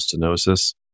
stenosis